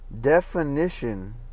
definition